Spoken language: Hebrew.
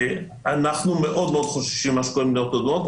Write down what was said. אנחנו מאוד מאוד חוששים ממה שקורה במדינות אדומות,